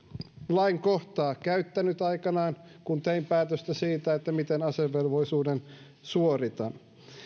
lainkohtaa käyttänyt aikoinaan kun tein päätöstä siitä miten asevelvollisuuden suoritan